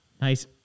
nice